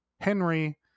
Henry